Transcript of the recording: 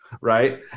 right